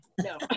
No